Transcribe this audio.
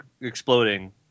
exploding